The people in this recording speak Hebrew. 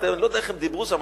אני לא יודע איך הם דיברו שם,